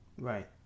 Right